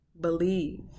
believe